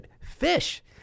fish